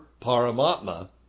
Paramatma